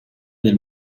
del